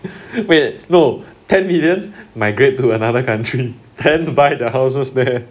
wait no ten million migrate to other country then buy the houses there